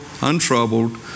untroubled